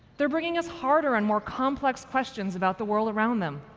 they're bringing us harder and more complex questions about the world around them,